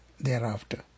thereafter